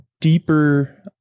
deeper